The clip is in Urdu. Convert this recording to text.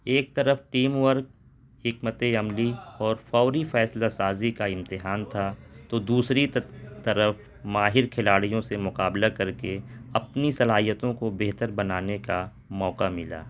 ایک طرف ٹیم ورک حکمت عملی اور فوری فیصلہ سازی کا امتحان تھا تو دوسری طرف ماہر کھلاڑیوں سے مقابلہ کر کے اپنی صلاحیتوں کو بہتر بنانے کا موقع ملا